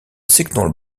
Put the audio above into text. signal